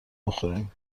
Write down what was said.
بخوریم